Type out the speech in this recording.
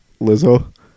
Lizzo